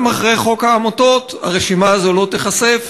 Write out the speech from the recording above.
גם אחרי חוק העמותות הרשימה הזאת לא תיחשף,